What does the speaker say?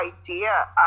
idea